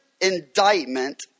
indictment